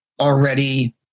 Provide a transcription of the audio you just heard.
already